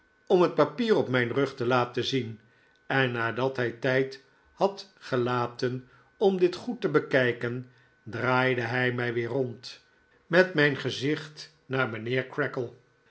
om het papier op mijn rug te laten zien en nadat hij tijd had gelaten om dit goed te bekijken draaide hij mij weer rond met mijn gezicht naar mijnheer